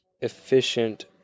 efficient